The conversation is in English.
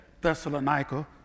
Thessalonica